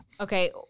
Okay